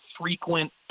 frequent